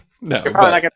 no